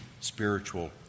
spiritual